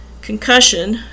Concussion